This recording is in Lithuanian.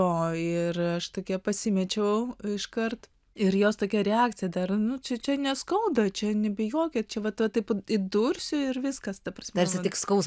ir aš tokia pasimečiau iškart ir jos tokia reakcija dar nu čia čia neskauda čia nebijokit čia va taip įdursiu ir viskas